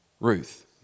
Ruth